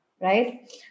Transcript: right